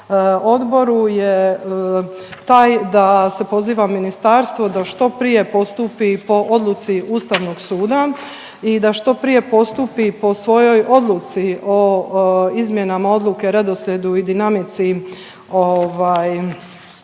odboru je taj da se poziva ministarstvo da što prije postupi po odluci Ustavnog suda i da što prije postupci po svojoj odluci o izmjenama odluke, redoslijedu i dinamici saniranja,